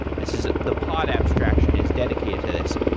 this is the pod abstraction is dedicated to this.